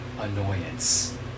annoyance